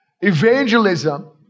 Evangelism